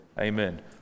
Amen